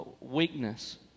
weakness